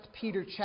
Peter